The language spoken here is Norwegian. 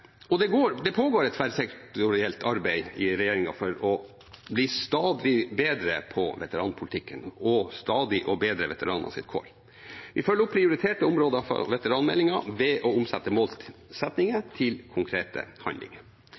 pågår et tverrsektorielt arbeid i regjeringen for å bli stadig bedre på veteranpolitikken og stadig å bedre veteranenes kår. Vi følger opp prioriterte områder fra veteranmeldingen ved å omsette målsettinger til konkrete handlinger.